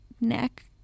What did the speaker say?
neck